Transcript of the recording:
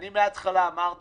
אני מהתחלה אמרתי